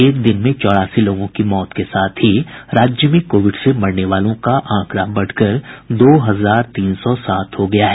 एक दिन में चौरासी लोगों की मौत के साथ ही राज्य में कोविड से मरने वालों का आंकड़ा बढ़कर दो हजार तीन सौ सात हो गया है